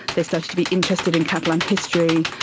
they started to be interested in catalan history,